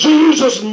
Jesus